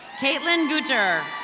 caitlin dooter.